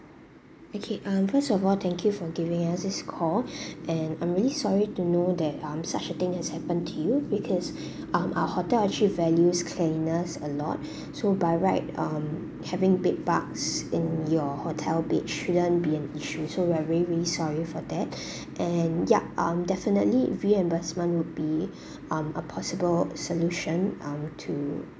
okay um first of all thank you for giving us this call and I'm really sorry to know that um such a thing has happened to you because um our hotel actually value cleanliness a lot so by right um having bed bugs in your hotel beds shouldn't be an issue so we're very very sorry for that and yea um definitely reimbursement will be um a possible solution um to